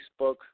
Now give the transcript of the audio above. Facebook